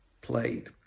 played